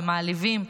ומעליבים.